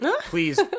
please